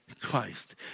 Christ